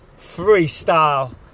Freestyle